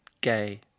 gay